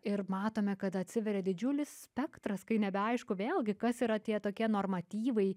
ir matome kad atsiveria didžiulis spektras kai nebeaišku vėlgi kas yra tie tokie normatyvai